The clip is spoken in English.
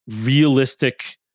realistic